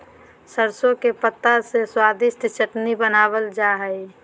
सरसों के पत्ता से स्वादिष्ट चटनी बनावल जा हइ